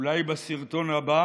אולי בסרטון הבא